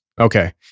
Okay